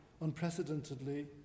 unprecedentedly